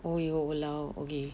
!aiyo! !walao! okay